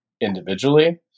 individually